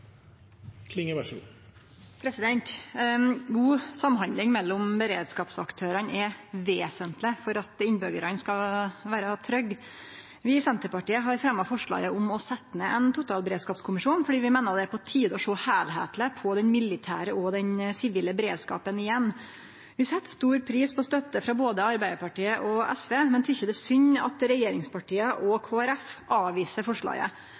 vesentleg for at innbyggjarane skal vere trygge. Vi i Senterpartiet har fremja forslaget om å setje ned ein totalberedskapskommisjon fordi vi meiner det er på tide å sjå heilskapleg på den militære og den sivile beredskapen igjen. Vi set stor pris på støtte frå både Arbeidarpartiet og SV, men tykkjer det er synd at regjeringspartia og Kristeleg Folkeparti avviser forslaget.